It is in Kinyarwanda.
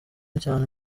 cyane